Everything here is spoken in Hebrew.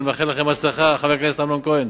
אני מאחל לכם הצלחה, חבר הכנסת אמנון כהן.